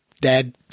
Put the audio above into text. Dad